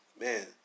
man